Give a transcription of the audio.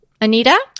Anita